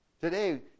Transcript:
Today